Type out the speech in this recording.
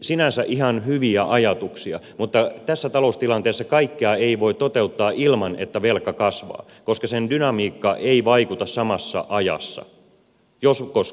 sinänsä ihan hyviä ajatuksia mutta tässä taloustilanteessa kaikkea ei voi toteuttaa ilman että velka kasvaa koska sen dynamiikka ei vaikuta samassa ajassa jos vaikuttaa koskaan